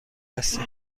هستم